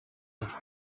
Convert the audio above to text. kandi